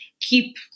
keep